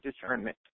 discernment